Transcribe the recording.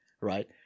right